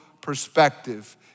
perspective